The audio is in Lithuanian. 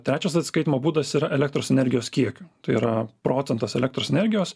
trečias atsiskaitymo būdas yra elektros energijos kiekio tai yra procentas elektros energijos